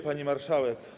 Pani Marszałek!